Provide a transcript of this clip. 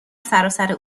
سراسر